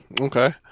okay